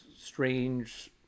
strange